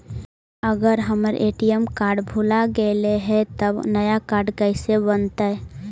अगर हमर ATM card भुला गैलै हे तब नया काड कइसे बनतै?